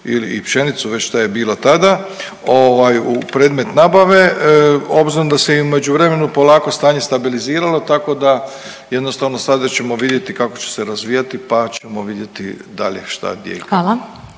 i pšenicu već šta je bilo tada ovaj u predmet nabave obzirom da se i u međuvremenu polako stanje stabiliziralo tako da jednostavno sada ćemo vidjeti kako će se razvijati, pa ćemo vidjeti dalje šta, gdje i kako.